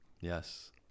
Yes